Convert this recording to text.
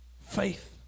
faith